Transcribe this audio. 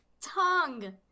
Tongue